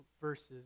verses